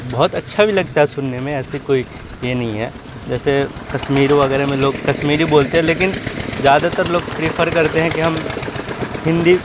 بہت اچھا بھی لگتا ہے سننے میں ایسی کوئی یہ نہیں ہے جیسے کشمیر وغیرہ میں لوگ کشمیری بولتے ہیں لیکن زیادہ تر لوگ پریفر کرتے ہیں کہ ہم ہندی